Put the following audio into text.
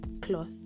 cloth